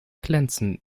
glänzend